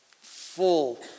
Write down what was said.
Full